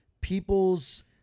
People's